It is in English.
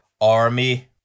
army